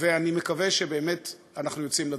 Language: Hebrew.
ואני מקווה שבאמת אנחנו יוצאים לדרך.